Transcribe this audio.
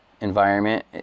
environment